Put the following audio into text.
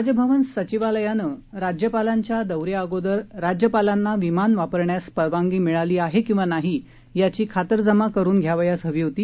राजभवन सचिवालयाने राज्यपालांच्या दौऱ्या अगोदर राज्यपालांना विमान वापरण्यास परवानगी मिळाली आहे किंवा नाही याची खातरजमा करून घ्यावयास हवी होती